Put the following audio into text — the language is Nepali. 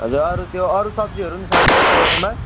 हजुर अरू त्यो अरू सब्जीहरू पनि छ नि है तपाईँकोमा